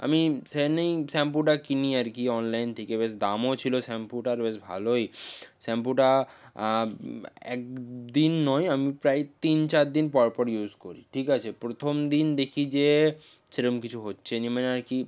আমি শ্যানেই শ্যাম্পুটা কিনি আর কি অনলাইন থেকে বেশ দামও ছিল শ্যাম্পুটার বেশ ভালোই শ্যাম্পুটা একদিন নয় আমি প্রায় তিন চারদিন পর পর ইউজ করি ঠিক আছে প্রথম দিন দেখি যে সেরম কিছু হচ্ছে না মানে আর কি